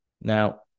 Now